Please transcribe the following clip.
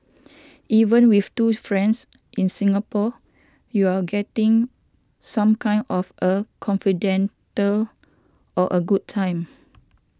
even with two friends in Singapore you're getting some kind of a confidante or a good time